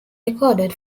recorded